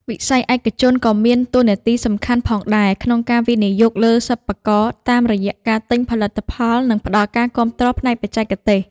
វិស័យឯកជនក៏មានតួនាទីសំខាន់ផងដែរក្នុងការវិនិយោគលើសិប្បករតាមរយៈការទិញផលិតផលនិងផ្តល់ការគាំទ្រផ្នែកបច្ចេកទេស។